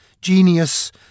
genius